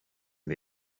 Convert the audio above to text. the